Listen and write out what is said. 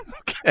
okay